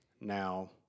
Now